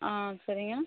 ஆ சரிங்க